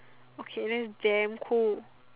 okay that's damn cool